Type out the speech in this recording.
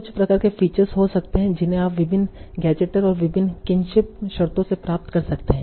कुछ प्रकार के फीचर्स हो सकते हैं जिन्हें आप विभिन्न गज़ेटर और विभिन्न किनशिप शर्तों से प्राप्त कर सकते हैं